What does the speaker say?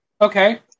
Okay